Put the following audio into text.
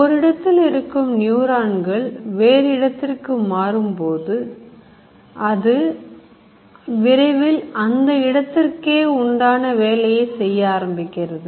ஓரிடத்தில் இருக்கும் நியூரான் வேறு இடத்திற்கு மாற்றும் போது அது விரைவில் அந்த இடத்திற்கு உண்டான வேலையை செய்ய ஆரம்பிக்கிறது